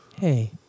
Hey